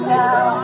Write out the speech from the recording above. now